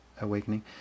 awakening